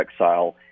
exile